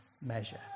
measure